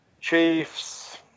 Chiefs